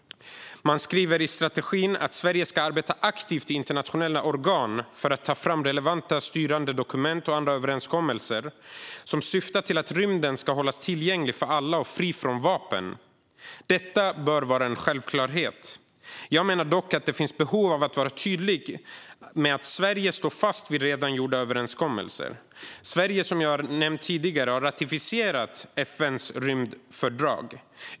Man skriver i strategin att Sverige ska arbeta aktivt i internationella organ för att ta fram relevanta styrande dokument och andra överenskommelser som syftar till att rymden hålls tillgänglig för alla och fri från vapen. Detta bör vara en självklarhet. Jag menar dock att det finns behov av att vara tydlig med att Sverige står fast vid redan gjorda överenskommelser. Sverige har, som jag tidigare nämnt, ratificerat FN:s rymdfördrag.